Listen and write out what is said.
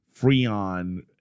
Freon